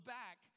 back